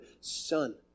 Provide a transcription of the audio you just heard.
son